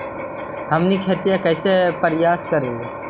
हमनी खेतीया कइसे परियास करियय?